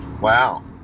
wow